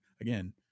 again